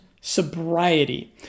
sobriety